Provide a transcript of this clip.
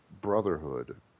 Brotherhood